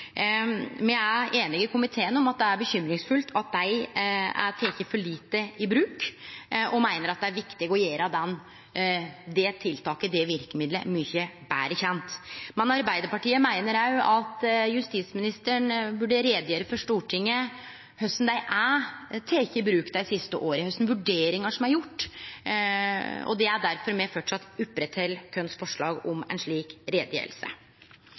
Me er einige i komiteen om at det er uroande at dei er tekne for lite i bruk, og meiner at det er viktig å gjere det tiltaket og verkemiddelet mykje betre kjend. Men Arbeidarpartiet meiner òg at justisministeren burde gjere greie for Stortinget for korleis dei er tekne i bruk dei siste åra, kva slags vurderingar som er gjorde. Det er difor me fortsatt opprettheld vårt forslag om ei slik